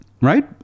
right